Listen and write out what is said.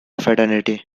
fraternity